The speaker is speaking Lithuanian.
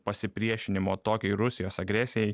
pasipriešinimo tokiai rusijos agresijai